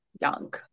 young